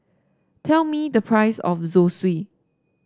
tell me the price of Zosui